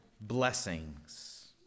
blessings